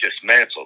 dismantled